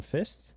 Fist